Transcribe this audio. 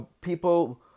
people